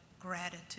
gratitude